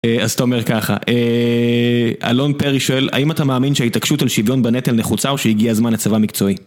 אז תאומר ככה, אלון פרי שואל האם אתה מאמין שההתעקשות על שוויון בנטל נחוצה או שהגיע הזמן לצבא מקצועי?